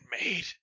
made